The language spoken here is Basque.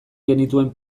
genituen